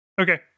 Okay